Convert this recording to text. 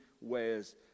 ways